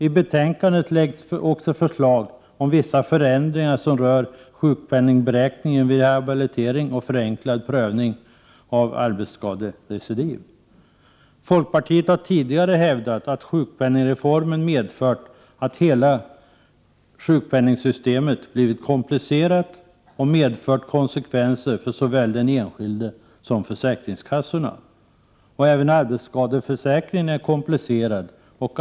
I betänkandet framläggs vidare förslag om vissa förändringar som rör sjukpenningberäkningen vid rehabilitering och förenklad prövning av arbetsskaderecidiv. Folkpartiet har tidigare hävdat att sjukpenningreformen medfört att hela sjukpenningsystemet blivit komplicerat och fått konsekvenser för såväl den enskilde som försäkringskassorna. Även arbetsskadeförsäkringen är komplicerad.